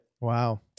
Wow